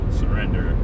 surrender